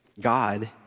God